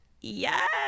Yes